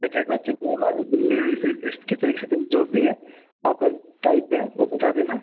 packet में चाहिए कोन वाली चाहिए ऐसे किस तरीके से चाहिए जो भी है आपका टाइप है वो बता देना